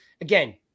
Again